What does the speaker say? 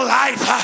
life